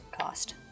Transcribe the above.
cost